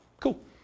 Cool